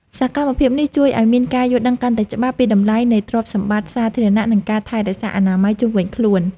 សកម្មភាពនេះជួយឱ្យមានការយល់ដឹងកាន់តែច្បាស់ពីតម្លៃនៃទ្រព្យសម្បត្តិសាធារណៈ និងការថែរក្សាអនាម័យជុំវិញខ្លួន។